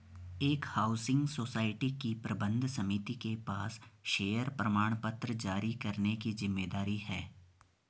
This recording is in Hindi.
एक हाउसिंग सोसाइटी की प्रबंध समिति के पास शेयर प्रमाणपत्र जारी करने की जिम्मेदारी है